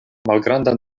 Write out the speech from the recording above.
malgranda